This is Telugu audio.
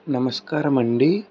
నమస్కారమండి